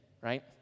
right